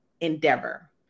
endeavor